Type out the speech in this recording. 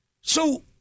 So-